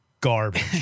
garbage